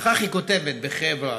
וכך היא כותבת בכאב רב: